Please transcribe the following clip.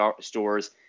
stores